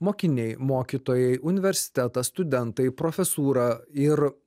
mokiniai mokytojai universitetas studentai profesūra ir